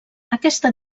aquesta